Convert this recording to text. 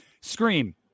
Scream